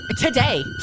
today